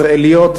ישראליות,